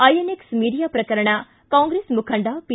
INX media ಪ್ರಕರಣ ಕಾಂಗ್ರೆಸ್ ಮುಖಂಡ P